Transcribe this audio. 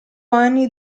anni